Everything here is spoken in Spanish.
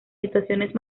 situaciones